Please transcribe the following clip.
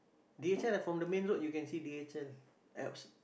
d_h_l from the main road you can see d_h_l Alps